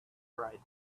dried